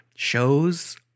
Shows